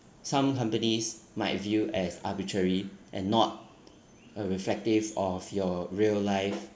some companies might view as arbitrary and not a reflective of your real life